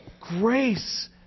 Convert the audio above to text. grace